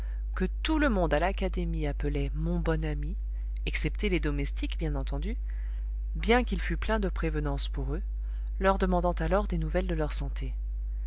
que tout le monde à l'académie appelait mon bon ami excepté les domestiques bien entendu bien qu'il fût plein de prévenances pour eux leur demandant alors des nouvelles de leur santé